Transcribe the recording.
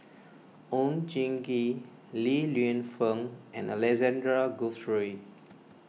Oon Jin Gee Li Lienfung and Alexander Guthrie